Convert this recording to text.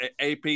AP